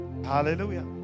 Hallelujah